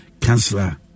Councillor